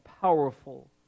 powerful